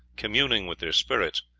communing with their spirits,